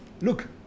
Look